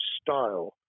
style